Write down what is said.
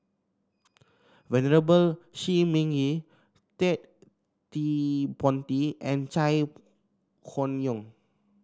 Venerable Shi Ming Yi Ted De Ponti and Chai Hon Yoong